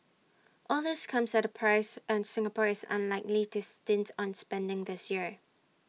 all this comes at A price and Singapore is unlikely to stint on spending this year